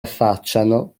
affacciano